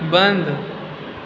बंद